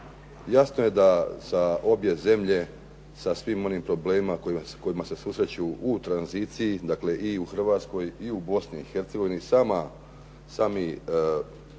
Jasno je da za obje zemlje sa svim onim problemima s kojima se susreću u tranziciji, dakle i u Hrvatskoj i u Bosni i Hercegovini, sami